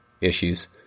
issues